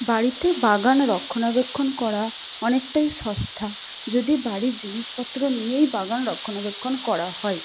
বাড়িতে বাগান রক্ষণাবেক্ষণ করা অনেকটাই সস্তা যদি বাড়ির জিনিসপত্র নিয়েই বাগান রক্ষণাবেক্ষণ করা হয়